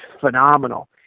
phenomenal